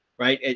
right?